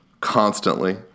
constantly